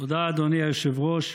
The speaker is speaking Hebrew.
תודה, אדוני היושב-ראש.